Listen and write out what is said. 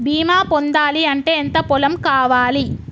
బీమా పొందాలి అంటే ఎంత పొలం కావాలి?